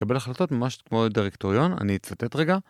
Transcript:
תקבל החלטות ממש כמו דירקטוריון, אני אצטט רגע